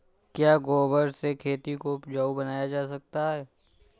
क्या गोबर से खेती को उपजाउ बनाया जा सकता है?